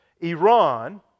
Iran